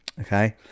Okay